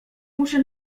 muszę